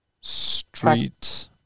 street